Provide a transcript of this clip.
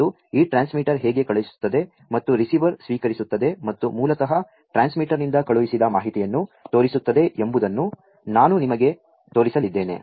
ಮತ್ತು ಈ transmitter ಹೇ ಗೆ ಕಳು ಹಿಸು ತ್ತದೆ ಮತ್ತು ರಿಸೀ ವರ್ ಸ್ವೀ ಕರಿಸು ತ್ತದೆ ಮತ್ತು ಮೂ ಲತಃ ಟ್ರಾ ನ್ಸ್ಮಿಟರ್ನಿಂ ದ ಕಳು ಹಿಸಿದ ಮಾ ಹಿತಿಯನ್ನು ತೋ ರಿಸು ತ್ತದೆ ಎಂ ಬು ದನ್ನು ನಾ ನು ನಿಮಗೆ ತೋ ರಿಸಲಿದ್ದೇ ನೆ